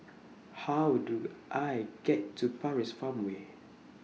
How Do I get to Paris Farmway